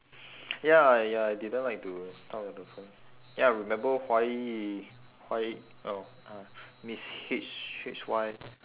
ya ya I didn't like to talk on the phone ya I remember why why uh ah miss H H Y